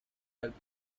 helped